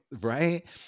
right